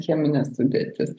cheminė sudėtis